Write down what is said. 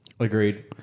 Agreed